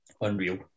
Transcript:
unreal